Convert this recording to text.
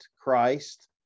Christ